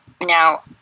now